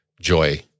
joy